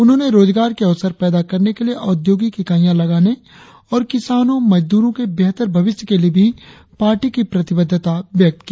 उन्होंने रोजगार के अवसर पैदा करने के लिए औद्योगिक इकाईयां लगाने और किसानों मजदूरों के बेहतर भविष्य के लिए भी पार्टी की प्रतिबद्धता व्यक्त की